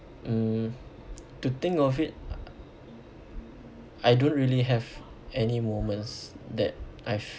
mm to think of it I don't really have any moments that I've